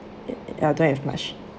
y~ ya don't have much